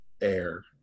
air